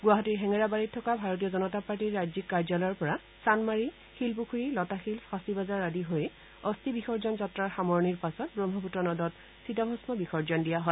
গুৱাহাটীৰ হেঙেৰাবাৰীত থকা ভাৰতীয় জনতা পাৰ্টীৰ ৰাজ্যিক কাৰ্যালয়ৰ পৰা চানমাৰি শিলপুখুৰী লতাশিল ফাঁছিবজাৰ আদি হৈ চিতাভষ্ বিসৰ্জন যাত্ৰাৰ সামৰণিৰ পাছত ব্ৰহ্মপুত্ৰ নদত চিতাভূষ্' বিসৰ্জন দিয়া হয়